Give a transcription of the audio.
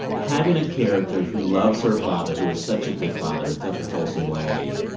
having a character who loves her father, who is such a good father in such a wholesome way,